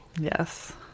Yes